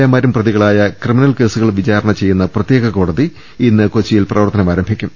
എമാരും പ്രതികളായ ക്രിമിനൽ കേസുകൾ വിചാ രണ ചെയ്യുന്ന പ്രത്യേക കോടതി ഇന്ന് കൊച്ചിയിൽ പ്രവർത്തനമാരംഭിക്കും